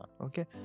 Okay